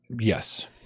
yes